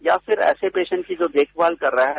या फिर ऐसे पेशेंट की जो देखभाल कर रहा है